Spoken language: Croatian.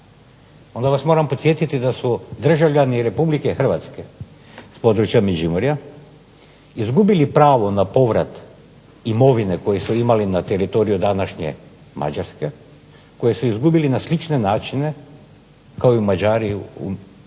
onda vas moram podsjetiti da su državljani Republike Hrvatske s područja Međimurja izgubili pravo na povrat imovine koju su imali na teritoriju današnje Mađarske, koju su izgubili na slične načine kao i Mađari u Hrvatskoj